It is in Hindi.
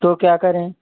तो क्या करें